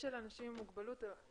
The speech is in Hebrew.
של אנשים עם מוגבלות.